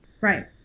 Right